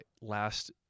last